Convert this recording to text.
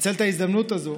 אני אנצל את ההזדמנות הזאת